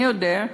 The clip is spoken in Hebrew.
מי יודע?